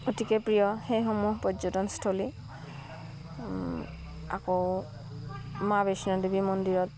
অতিকৈ প্ৰিয় সেইসমূহ পৰ্যটনস্থলী আকৌ মা বৈষ্ণদেৱী মন্দিৰত